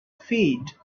feet